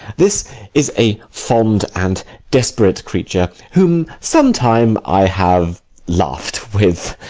this is a fond and desp'rate creature whom sometime i have laugh'd with.